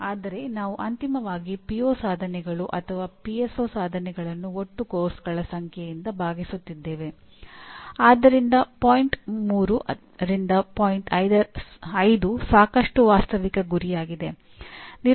ಆದ್ದರಿಂದ ಈ ಗುಣಮಟ್ಟದ ಲೂಪ್ ಅನ್ನು ಪೂರ್ಣಗೊಳಿಸಲು ಮುಖ್ಯವಾಗಿರುವುದು "ಆಕ್ಷನ್" ಎಂದು ಕರೆಯುತ್ತೇವೆ